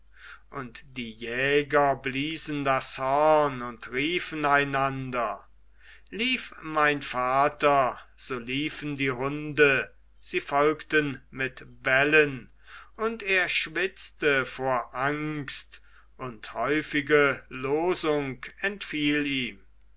und die jäger bliesen das horn und riefen einander lief mein vater so liefen die hunde sie folgten mit bellen und er schwitzte vor angst und häufige losung entfiel ihm